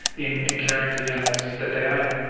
in in caring for the animals that they own.